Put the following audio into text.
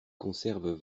conserves